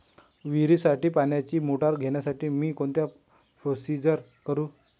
विहिरीसाठी पाण्याची मोटर घेण्यासाठी मी कोणती प्रोसिजर करु?